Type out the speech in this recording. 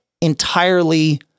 entirely